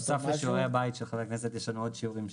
נעשה את שיעורי הבית, יש לנו עוד שיעורים.